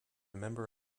member